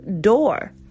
door